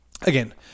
Again